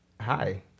Hi